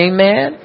Amen